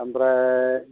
ओमफ्राय